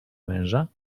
męża